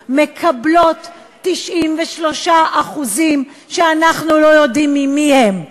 מקבלות 93% שאנחנו לא יודעים ממי הם,